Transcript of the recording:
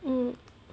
mm